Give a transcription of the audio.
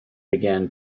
began